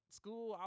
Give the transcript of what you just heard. school